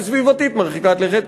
וסביבתית מרחיקת לכת,